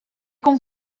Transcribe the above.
com